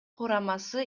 курамасы